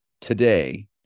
today